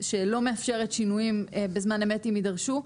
שלא מאפשרת שינויים בזמן אמת אם יידרשו,